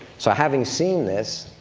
so, having seen this,